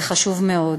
זה חשוב מאוד.